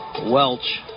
Welch